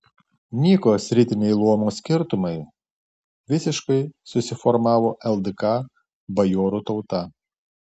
nyko sritiniai luomo skirtumai visiškai susiformavo ldk bajorų tauta